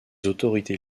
autorités